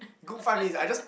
good five minutes I just